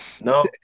no